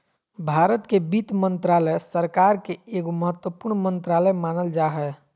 भारत के वित्त मन्त्रालय, सरकार के एगो महत्वपूर्ण मन्त्रालय मानल जा हय